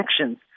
actions